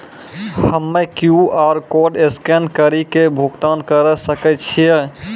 हम्मय QR code scan कड़ी के भुगतान करें सकय छियै?